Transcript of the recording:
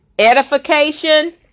Edification